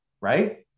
right